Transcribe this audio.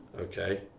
Okay